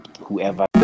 whoever